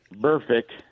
Perfect